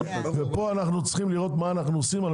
ופה אנחנו צריכים לראות מה אנחנו עושים על